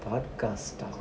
podcast style